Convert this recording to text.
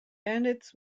bandits